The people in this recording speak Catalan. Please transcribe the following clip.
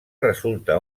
resulta